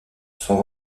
sont